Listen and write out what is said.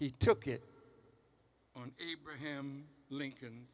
he took it on him lincoln